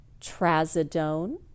trazodone